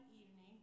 evening